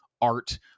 art